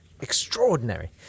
extraordinary